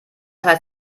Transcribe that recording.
heißt